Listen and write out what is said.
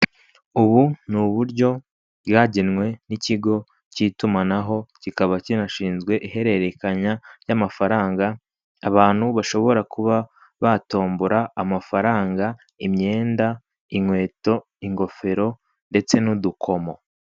Ubu ni uburyo bwagenywe ni ikigo cy'itumanaho kikaba kinashinzwe ihererekanya ry'amafaranga, abantu bashobora kuba batombora amafaranga, imyenda, inkweto, ingofero ndetse n'udukomo.